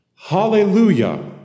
Hallelujah